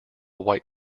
white